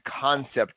concept